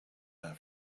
that